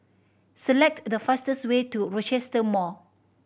select the fastest way to Rochester Mall